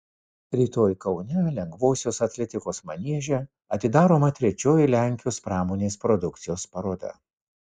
rytoj kaune lengvosios atletikos manieže atidaroma trečioji lenkijos pramonės produkcijos paroda